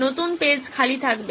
নতুন পেজ খালি থাকবে